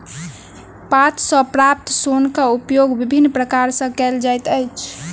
पात सॅ प्राप्त सोनक उपयोग विभिन्न प्रकार सॅ कयल जाइत अछि